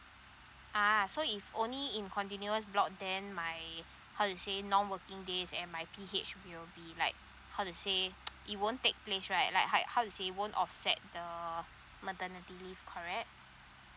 ah so if only in continuous block then my how to you say non working days and my P_H will be like how to say it won't take place right like height how you see won't offset the maternity leave correct